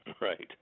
Right